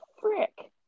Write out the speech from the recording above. frick